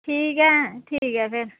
ठीक ऐ ठीक ऐ फिर